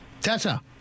Tessa